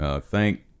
Thank